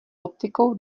optikou